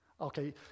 Okay